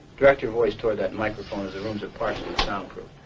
direct your voice toward that microphone as the rooms are partially soundproof.